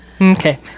Okay